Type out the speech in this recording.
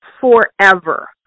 forever